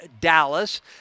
Dallas